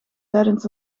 tijdens